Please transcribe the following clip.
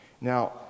now